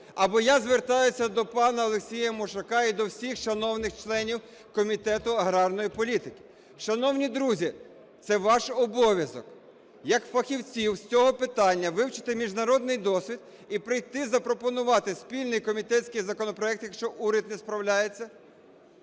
або я звертаюся до пана Олексія Мушака і до всіх шановних членів Комітету аграрної політики. Шановні друзі, це ваш обов'язок як фахівців з цього питання: вивчити міжнародний досвід і прийняти, запропонувати спільний комітетський законопроект, якщо уряд не справляється,